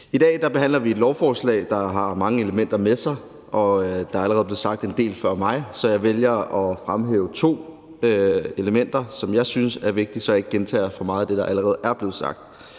I dag behandler vi et lovforslag, der har mange elementer i sig, og der er allerede blevet sagt en del af andre før mig, så jeg vælger at fremhæve to elementer, som jeg synes er vigtige, så jeg ikke gentager for meget af det, der allerede er blevet sagt.